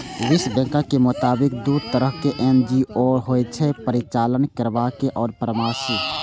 विश्व बैंकक मोताबिक, दू तरहक एन.जी.ओ होइ छै, परिचालन करैबला आ परामर्शी